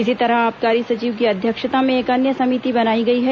इसी तरह आबकारी सचिव की अध्यक्षता में एक अन्य समिति बनाई गई है